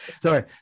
Sorry